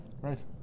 Right